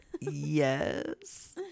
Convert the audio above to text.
yes